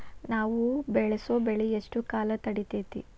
ನಾವು ಬೆಳಸೋ ಬೆಳಿ ಎಷ್ಟು ಕಾಲ ತಡೇತೇತಿ?